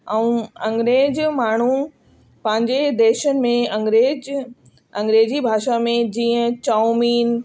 ऐं अंग्रेज माण्हू पंहिंजे देश में अंग्रेज अंग्रेजी भाषा में जीअं चाउमीन